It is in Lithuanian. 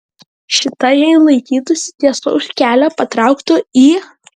šita jei laikytųsi tiesaus kelio patrauktų į